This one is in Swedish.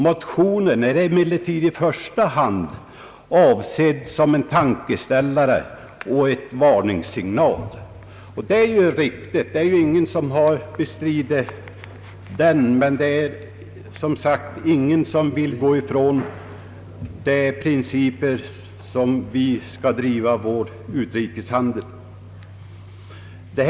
Motionen är emellertid i första hand avsedd som en tankeställare och en varningssignal.» Detta är riktigt och har heller inte bestridits av någon. Ingen vill heller som sagt frångå de principer efter vilka vår utrikeshandel skall bedrivas.